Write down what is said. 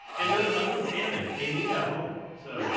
and those ugly salmon, they need a home. so